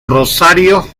rosario